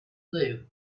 blue